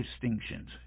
distinctions